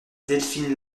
delphine